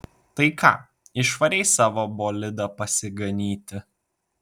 tai ką išvarei savo bolidą pasiganyti